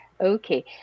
Okay